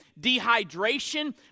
dehydration